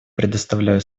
предоставляю